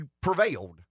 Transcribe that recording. prevailed